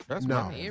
No